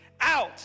out